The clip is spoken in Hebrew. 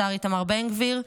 השר איתמר בן גביר,